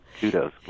kudos